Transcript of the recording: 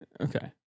Okay